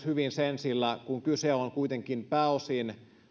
hyvin myös sen sillä kun kyse on kuitenkin pääosin